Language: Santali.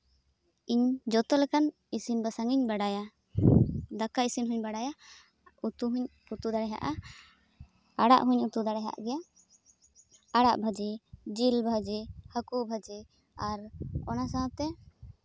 ᱤᱧ ᱡᱚᱛᱚ ᱞᱮᱠᱟᱱ ᱤᱥᱤᱱ ᱵᱟᱥᱟᱝ ᱤᱧ ᱵᱟᱲᱟᱭᱟ ᱫᱟᱠᱟ ᱤᱥᱤᱱ ᱦᱚᱸᱧ ᱵᱟᱲᱟᱭᱟ ᱩᱛᱩ ᱦᱚᱸᱧ ᱩᱛᱩ ᱫᱟᱲᱮᱭᱟᱜᱼᱟ ᱟᱲᱟᱜ ᱦᱚᱸᱧ ᱩᱛᱩ ᱫᱟᱲᱮᱭᱟᱜ ᱜᱮᱭᱟ ᱟᱲᱟᱜ ᱵᱷᱟᱹᱡᱤ ᱡᱤᱞ ᱵᱷᱟᱹᱡᱤ ᱦᱟᱹᱠᱩ ᱵᱷᱟᱹᱡᱤ ᱟᱨ ᱚᱱᱟ ᱥᱟᱶᱛᱮ